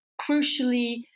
crucially